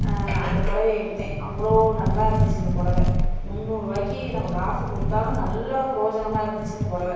அந்த புடவைய எடுத்தேன் அவ்வளோ நல்லாயிருந்துச்சி அந்த புடவ முந்நூறு ரூபாக்கி நம்ம காசு கொடுத்தாலும் நல்ல பிரயோஜனமாக இருந்துச்சு அந்த புடவ